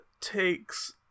takes